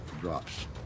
drops